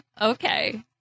Okay